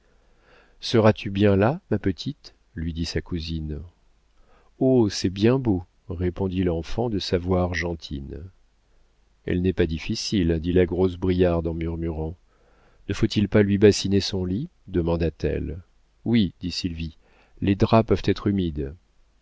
seras-tu bien là ma petite lui dit sa cousine oh c'est bien beau répondit l'enfant de sa voix argentine elle n'est pas difficile dit la grosse briarde en murmurant ne faut-il pas lui bassiner son lit demanda-t-elle oui dit sylvie les draps peuvent être humides